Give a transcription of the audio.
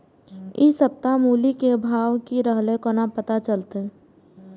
इ सप्ताह मूली के भाव की रहले कोना पता चलते?